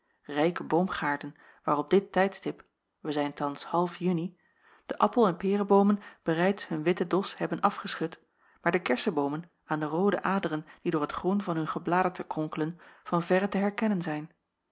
rijke boomgaarden waar op dit tijdstip wij zijn thans half juni de appel en pereboomen bereids hun witten dos hebben afgeschud maar de kerseboomen aan de roode aderen die door t groen van hun gebladerte kronkelen van verre te herkennen zijn